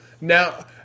Now